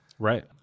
Right